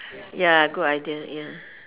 ya good idea ya